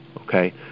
okay